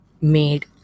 made